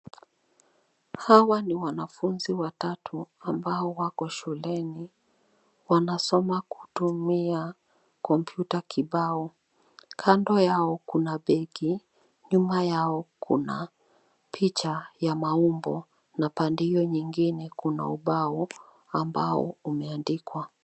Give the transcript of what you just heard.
Hawa ni wanafunzi watatu ambao wako shuleni. Wanasoma kutumia kompyuta kibao. Kando yao kuna begi. Nyuma yao kuna picha ya maumbo na pande hiyo nyingine kuna ubao ambao umeandikwa.